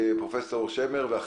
פרופ' שוקי שמר, בבקשה.